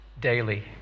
daily